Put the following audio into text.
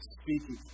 speaking